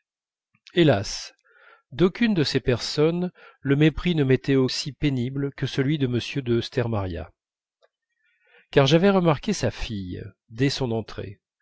hélas d'aucune de ces personnes le mépris ne m'était aussi pénible que celui de m de stermaria car j'avais remarqué sa fille dès son entrée